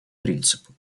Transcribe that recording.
принципу